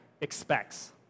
expects